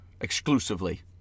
exclusively